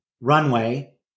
runway